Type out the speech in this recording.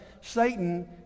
Satan